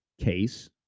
case